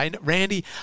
Randy